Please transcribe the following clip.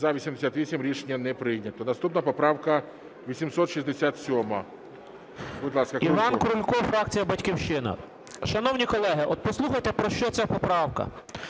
За-88 Рішення не прийнято. Наступна поправка 867. Будь ласка, Крулько. 13:37:26 КРУЛЬКО І.І. Іван Крулько, фракція "Батьківщина". Шановні колеги, от послухайте, про що ця поправка.